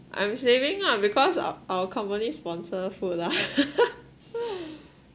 I'm saving ah because our our company sponsor food lah